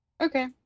okay